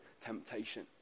temptation